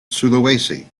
sulawesi